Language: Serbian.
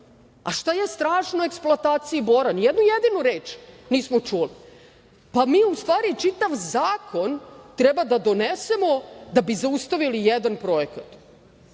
Šta je strašno u eksploataciji bora? Ni jednu jedinu reč nismo čuli. Pa, mi u stvari čitav zakon treba da donesemo da bi zaustavili jedan projekat. Poštovana